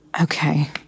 Okay